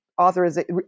authorization